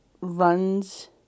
runs